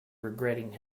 regretting